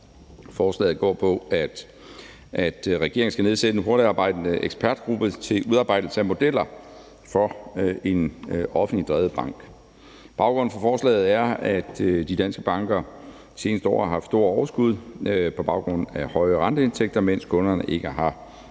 Forslaget går ud på, at regeringen skal nedsætte en hurtigtarbejdende ekspertgruppe til udarbejdelse af modeller for en offentligt drevet bank. Baggrunden for forslaget er, at de danske banker i de seneste år bar haft store overskud på baggrund af høje renteindtægter, mens kunderne ikke har fået